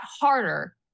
harder